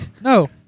No